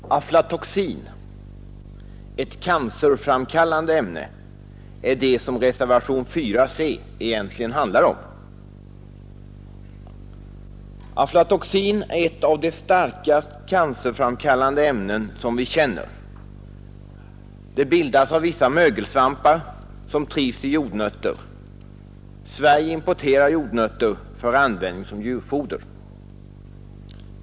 Fru talman! Aflatoxin, ett cancerframkallande ämne, är vad reservationen 4 c egentligen handlar om. Aflatoxin är ett av de starkast cancerfram kallande ämnen som vi känner. Det bildas av vissa mögelsvampar som trivs i jordnötter. Sverige importerar jordnötter för användning som djurfoder.